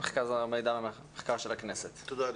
תודה רבה.